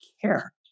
care